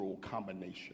combination